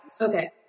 Okay